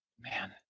Man